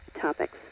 topics